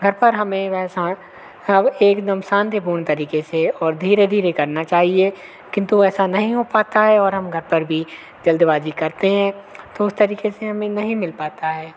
घर पर हमें वह अब एकदम शांतिपूर्ण तरीके से और धीरे धीरे करना चाहिए किन्तु ऐसा नहीं हो पाता है और हम घर पर भी जल्दबाजी करते हैं तो उस तरीके से हमें नहीं मिल पाता है